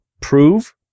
prove